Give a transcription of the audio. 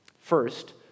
First